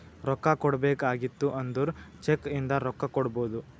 ರೊಕ್ಕಾ ಕೊಡ್ಬೇಕ ಆಗಿತ್ತು ಅಂದುರ್ ಚೆಕ್ ಇಂದ ರೊಕ್ಕಾ ಕೊಡ್ಬೋದು